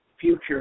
Future